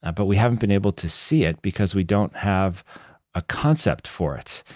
ah but we haven't been able to see it because we don't have a concept for it.